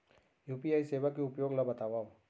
UPI सेवा के उपयोग ल बतावव?